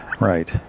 right